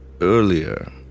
Earlier